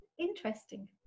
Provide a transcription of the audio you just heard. Interesting